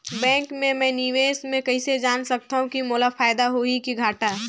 Bank मे मैं निवेश मे कइसे जान सकथव कि मोला फायदा होही कि घाटा?